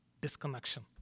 disconnection